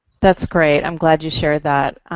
that's great. i'm glad you shared that.